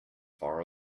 far